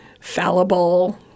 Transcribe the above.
fallible